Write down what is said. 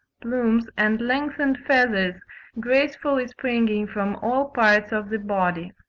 plumes and lengthened feathers gracefully springing from all parts of the body.